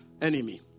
enemy